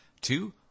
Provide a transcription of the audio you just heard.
Two